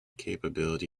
capability